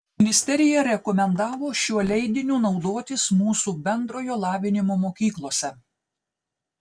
ministerija rekomendavo šiuo leidiniu naudotis mūsų bendrojo lavinimo mokyklose